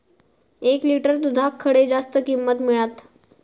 एक लिटर दूधाक खडे जास्त किंमत मिळात?